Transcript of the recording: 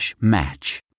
match